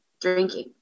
drinking